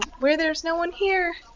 where there's no one here.